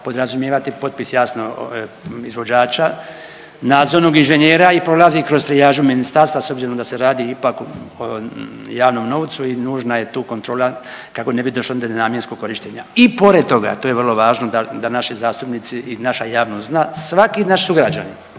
podrazumijevati potpis jasno izvođača nadzornog inženjera i prolaziti kroz trijažu ministarstva s obzirom da se radi ipak o javnom novcu i nužna je tu kontrola kako ne bi došlo do nenamjenskog korištenja. I pored toga, to je vrlo važno da naši zastupnici i naša javnost zna svaki naš sugrađanin